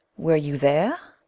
were you there?